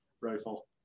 rifle